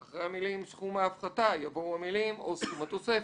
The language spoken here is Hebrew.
אחרי המילים "סכום ההפחתה" יבואו המילים "או סכום התוספת".